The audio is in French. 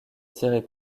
tirer